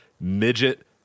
Midget